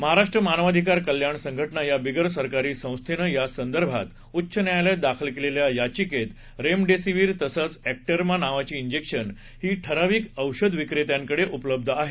महाराष्ट्र मानवाधिकार कल्याण संघटना या बिगर सरकारी संस्थेनं यासंदर्भात उच्च न्यायालयात दाखल केलेल्या याचिकेत रेमडेसिवीर तसंच एक्टेरमा नावाची इंजेक्शन ही ठराविक औषध विक्रेत्यांकडे उपलब्ध आहेत